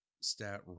stat